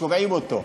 שומעים אותו,